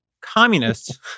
communists